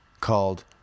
called